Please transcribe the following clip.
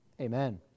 Amen